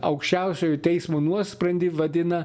aukščiausiojo teismo nuosprendį vadina